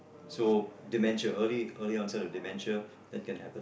so dementia early onset dementia that can happen